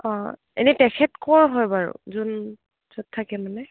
অঁ এনেই তেখেত ক'ৰ হয় বাৰু যোন য'ত থাকে মানে